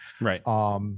Right